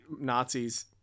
Nazis